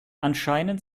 anscheinend